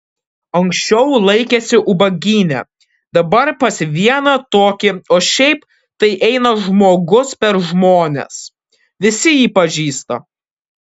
anksčiau laikėsi ubagyne dabar pas vieną tokį o šiaip tai eina žmogus per žmones visi jį pažįsta